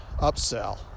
upsell